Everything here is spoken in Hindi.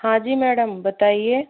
हाँ जी मैडम बताइए